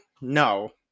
No